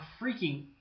freaking